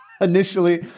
Initially